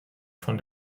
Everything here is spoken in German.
von